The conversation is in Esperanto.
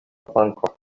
flanko